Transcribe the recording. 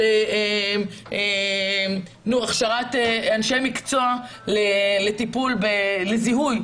הכשרת אנשי מקצוע לזיהוי.